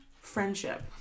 friendship